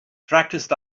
practiced